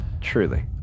truly